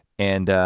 and